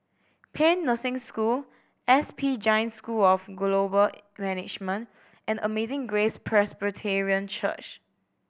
Paean Nursing School S P Jain School of Global Management and Amazing Grace Presbyterian Church